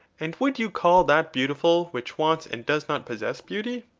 and would you call that beautiful which wants and does not possess beauty?